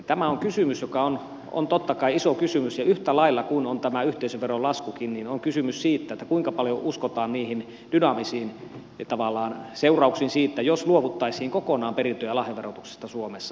tämä on kysymys joka on totta kai iso kysymys ja yhtä lailla kuin on tämä yhteisöveron laskukin on kysymys siitä kuinka paljon uskotaan niihin tavallaan dynaamisiin seurauksiin siitä jos luovuttaisiin kokonaan perintö ja lahjaverotuksesta suomessa